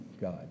God